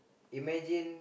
imagine